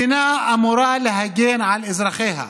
מדינה אמורה להגן על אזרחיה.